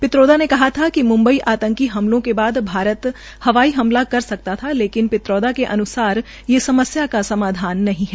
पित्रोदा ने कहा कि म्म्बई आतंकी हमलों के बाद भारत हवाई हमला कर सकता था लेकिन पित्रोदा के अन्सार ये समस्या का समाधान नहीं है